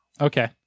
Okay